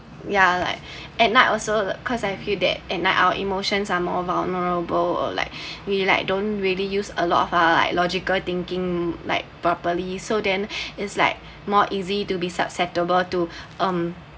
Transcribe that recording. ya like at night also cause I feel that at night our emotions are more vulnerable or like really like don't really use a lot of like logical thinking like properly so then is like more easy to be susceptible to um